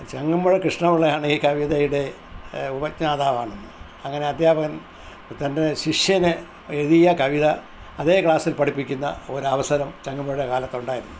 ചങ്ങമ്പുഴ കൃഷ്ണപിള്ളയാണ് ഈ കവിതയുടെ ഉപജ്ഞാതാവാണെന്ന് അങ്ങനെ അധ്യാപകൻ തൻ്റെ ശിഷ്യന് എഴുതിയ കവിത അതേ ക്ലാസിൽ പഠിപ്പിക്കുന്ന ഒരവസരം ചങ്ങമ്പുഴയുടെ കാലത്തുണ്ടായിരുന്നു